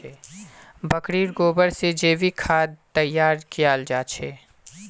बकरीर गोबर से जैविक खाद तैयार कियाल जा छे